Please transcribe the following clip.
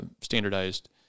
standardized